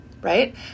right